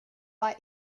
war